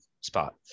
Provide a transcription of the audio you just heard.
spot